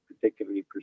particularly